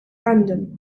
random